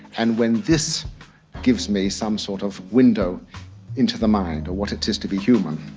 and when this gives me some sort of window into the mind, or what it is to be human.